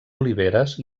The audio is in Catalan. oliveres